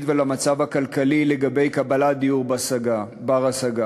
ולמצב הכלכלי לגבי קבלת דיור בר-השגה.